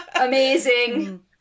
amazing